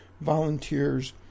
volunteers